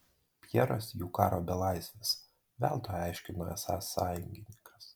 pjeras jų karo belaisvis veltui aiškino esąs sąjungininkas